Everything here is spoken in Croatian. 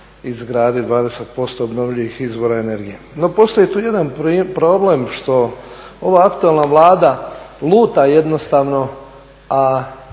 izgraditi 20% obnovljivih izvora energije. No postoji tu jedan problem što ova aktualna Vlada luta jednostavno a